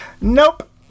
nope